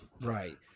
Right